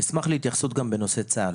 אשמח להתייחסות גם בנושא צה"ל.